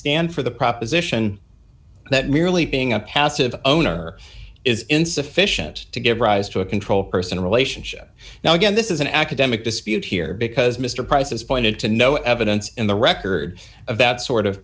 stand for the proposition that merely being a passive owner is insufficient to give rise to a control person relationship now again this is an academic dispute here because mr price is pointed to no evidence in the record of that sort of